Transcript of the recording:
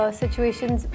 situations